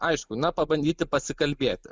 aišku na pabandyti pasikalbėti